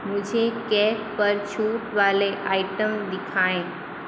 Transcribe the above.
मुझे केक पर छूट वाले आइटम दिखाएँ